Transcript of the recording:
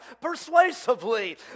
persuasively